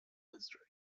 district